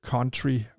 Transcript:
Country